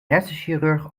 hersenchirurg